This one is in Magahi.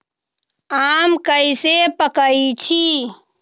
आम कईसे पकईछी?